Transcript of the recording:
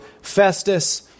Festus